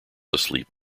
asleep